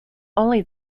only